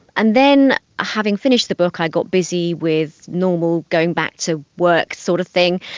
and then having finished the book i got busy with normal going back to work sort of thing,